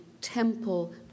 temple